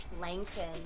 Lengthen